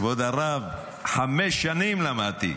כבוד הרב, חמש שנים למדתי.